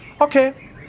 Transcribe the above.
Okay